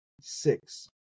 six